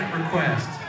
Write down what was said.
request